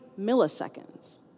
milliseconds